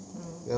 mm